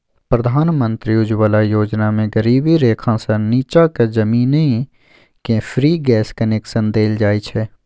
प्रधानमंत्री उज्जवला योजना मे गरीबी रेखासँ नीच्चाक जनानीकेँ फ्री गैस कनेक्शन देल जाइ छै